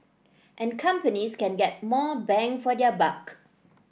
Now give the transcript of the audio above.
and companies can get more bang for their buck